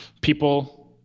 people